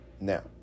Now